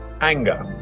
anger